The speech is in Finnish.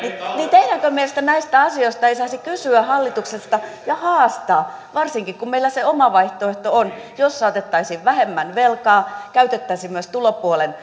teidänkö mielestänne näistä asioista ei saisi kysyä hallitukselta ja haastaa varsinkin kun meillä se oma vaihtoehto on jossa otettaisiin vähemmän velkaa käytettäisiin myös tulopuolen